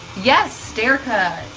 yes, derica,